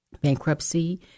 bankruptcy